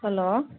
hello